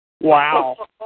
Wow